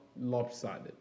lopsided